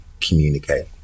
communicate